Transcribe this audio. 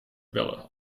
bellen